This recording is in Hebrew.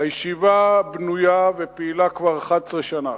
הישיבה בנויה ופעילה כבר 11 שנה,